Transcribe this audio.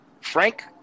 Frank